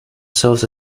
serves